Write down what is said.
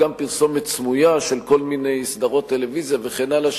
גם פרסומת סמויה בכל מיני סדרות טלוויזיה וכן הלאה,